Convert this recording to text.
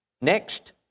Next